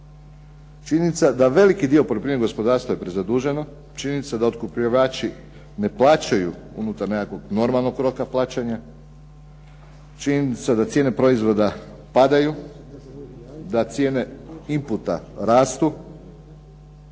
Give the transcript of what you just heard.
Činjenica da veliki dio poljoprivrednih gospodarstava je prezaduženo. Činjenica da otkupljivači ne plaćaju unutar nekakvog normalnog roka plaćanja. Činjenica da cijene proizvoda padaju, da cijene inputa rastu,